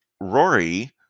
rory